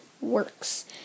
works